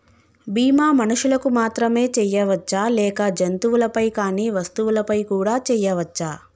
బీమా మనుషులకు మాత్రమే చెయ్యవచ్చా లేక జంతువులపై కానీ వస్తువులపై కూడా చేయ వచ్చా?